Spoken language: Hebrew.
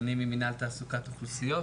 אני ממינהל תעסוקת אוכלוסיות,